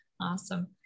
Awesome